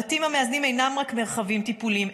הבתים המאזנים אינם רק מרחבים טיפוליים,